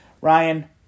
Ryan